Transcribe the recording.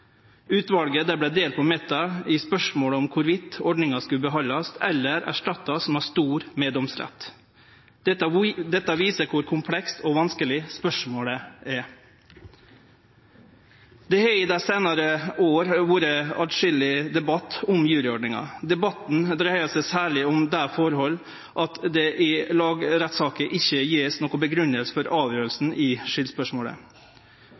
Utvalet vart delt på midten i spørsmålet om ordninga skulle behaldast eller erstattast med stor meddomsrett. Dette viser kor komplekst og vanskeleg spørsmålet er. Det har i dei seinare åra vore atskilleg debatt om juryordninga. Debatten dreia seg særleg om det forholdet at det i lagrettssaker ikkje blir gjeve noka grunngjeving for